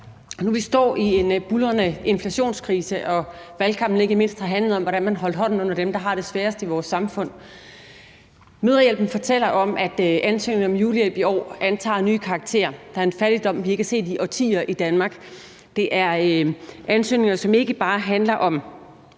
Nu står vi i en buldrende inflationskrise, og valgkampen har ikke mindst handlet om, hvordan man holder hånden under dem, der har det sværest i vores samfund. Mødrehjælpen fortæller om, at ansøgningerne om julehjælp i år antager en ny karakter. Der er en fattigdom, vi ikke har set i årtier, i Danmark. Det er ansøgninger, som ikke bare – i